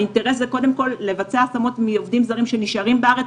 האינטרס זה קודם כל לבצע השמות מעובדים זרים שנשארים בארץ,